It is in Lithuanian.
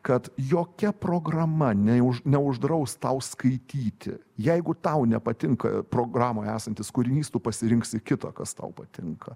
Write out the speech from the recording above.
kad jokia programa ne už neuždraus tau skaityti jeigu tau nepatinka programoje esantis kūrinys tu pasirinksi kitą kas tau patinka